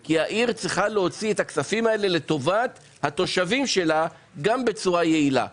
כי היא צריכה להוציא את הכספים האלה לטובת התושבים שלה בצורה יעילה.